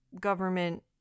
government